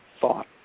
thought